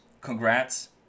congrats